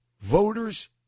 Voters